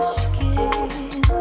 skin